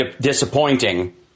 disappointing